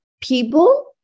people